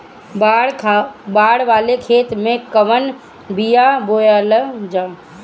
बाड़ वाले खेते मे कवन बिया बोआल जा?